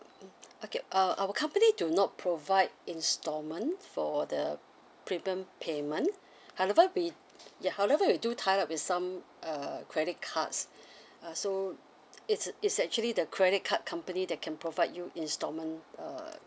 mm okay uh our company do not provide instalment for the premium payment however we ya however we do tie up with some uh credit cards uh so it's it's actually the credit card company that can provide you instalment uh